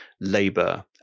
Labour